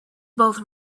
both